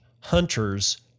hunters